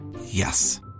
Yes